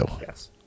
yes